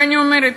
ואני אומרת,